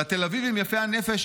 לתל אביבים יפי הנפש,